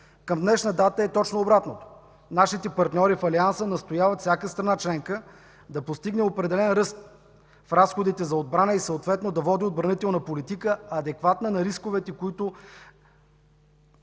Към днешна дата е точно обратното – нашите партньори в Алианса настояват всяка страна членка да постигне определен ръст в разходите за отбрана и съответно да води отбранителна политика, адекватна на рисковете, които